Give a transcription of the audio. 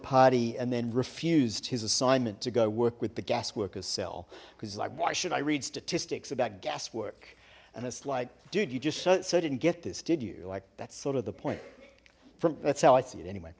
party and then refused his assignment to go work with the gas workers cell because it's like why should i read statistics about gas work and it's like dude you just so didn't get this did you like that's sort of the point from that's how i see it anyway